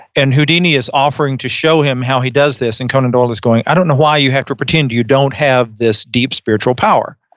and houdini is offering to show him how he does this and conan doyle is going, i don't know why you have to pretend. you don't have this deep spiritual power.